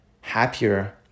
happier